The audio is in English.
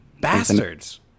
Bastards